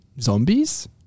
zombies-